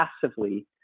passively